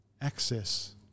access